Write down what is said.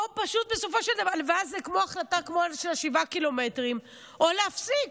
ואז זו החלטה כמו ל-7 ק"מ, או להפסיק,